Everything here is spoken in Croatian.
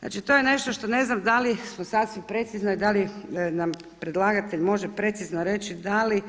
Znači to je nešto što ne znam da li smo sasvim precizno i da li nam predlagatelj može precizno reći da li